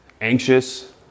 anxious